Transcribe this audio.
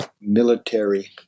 military